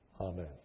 Amen